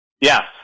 Yes